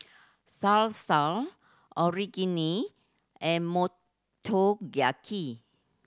Salsa Onigiri and Motoyaki